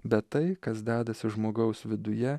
bet tai kas dedasi žmogaus viduje